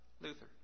Luther